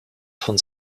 von